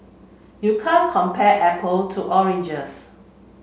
you can't compare apple to oranges